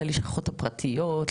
ללשכות הפרטיות,